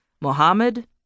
Mohammed